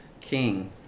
king